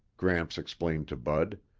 gramps explained to bud.